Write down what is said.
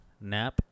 nap